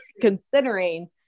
considering